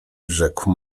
rzekł